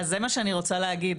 אז זה מה שאני רוצה להגיד.